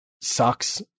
sucks